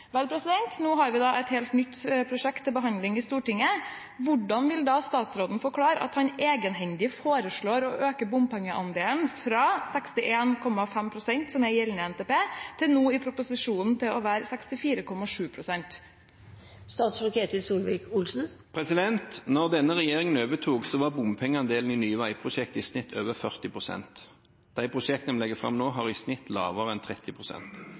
Nå har vi et helt nytt prosjekt til behandling i Stortinget. Hvordan vil statsråden forklare at han egenhendig foreslår å øke bompengeandelen fra 61,5 pst., som er gjeldende NTP, til 64,7 pst. i proposisjonen? Da denne regjeringen overtok, var bompengeandelen i nye veiprosjekter i snitt over 40 pst. I de prosjektene vi legger fram nå, er de i snitt lavere enn